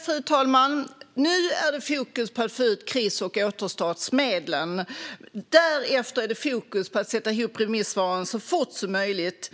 Fru talman! Nu är det fokus på att få ut kris och återstartsmedlen. Därefter är det fokus på att sätta ihop remissvaren så fort som möjligt.